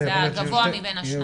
והגבוה מבין השניים.